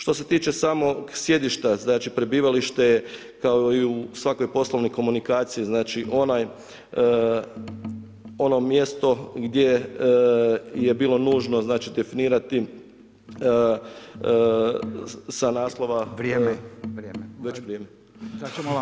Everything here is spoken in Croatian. Što se tiče samog sjedišta, znači prebivalište je kao i u svakoj poslovnoj komunikaciji, znači ono mjesto gdje je bilo nužno, znači definirati sa naslova [[Upadica Radin: Vrijeme.]] Već vrijeme?